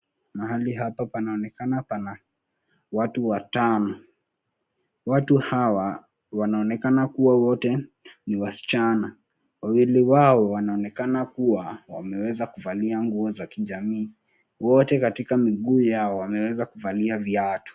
Mahalia hapa panaonekana pana watu watano. Watu hawa wanaonekana kuwa wote ni wasichana. Wawili wao wanaonekana kuwa wameweza kuvalia nguo za kijamii. Wote katika miguu zao wameweza kuvalia viatu.